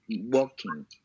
working